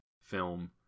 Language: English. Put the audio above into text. film